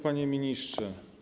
Panie Ministrze!